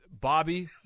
Bobby